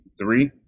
Three